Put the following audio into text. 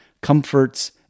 comforts